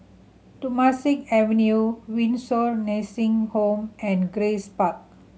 Temasek Avenue Windsor Nursing Home and Grace Park